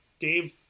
Dave